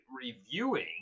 reviewing